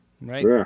Right